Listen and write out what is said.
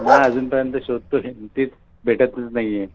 नाही अजूनपर्यंत शोधतो आहे तेच भेटतच नाही आहे